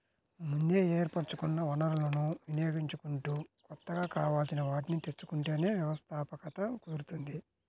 ముందే ఏర్పరచుకున్న వనరులను వినియోగించుకుంటూ కొత్తగా కావాల్సిన వాటిని తెచ్చుకుంటేనే వ్యవస్థాపకత కుదురుతుంది